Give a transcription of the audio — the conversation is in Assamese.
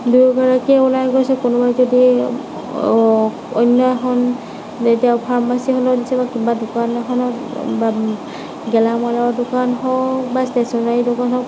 দুয়োগৰাকীয়ে ওলাই গৈছে তেনেহ'লে যদি অন্য় এখন দুটাৰ ফাৰ্ম আছে তেনেহ'লে সেইখন চাব কোনোবা দোকান এখনত বা গেলামালৰ দোকান হওঁক বা ষ্টেচনাৰী দোকান হওঁক